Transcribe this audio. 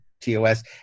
TOS